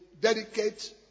dedicate